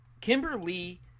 Kimberly